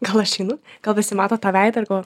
gal aš einu gal visi mato tą veidą ir galvoja